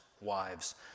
wives